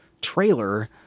trailer